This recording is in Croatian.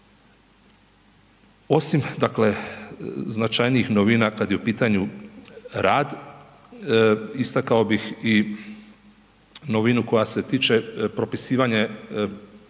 dakle značajnijih novina kad je u pitanju rad, istakao bih i novinu koja se tiče, propisivanje povoljnijih